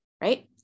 right